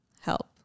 help